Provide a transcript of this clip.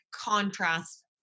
contrast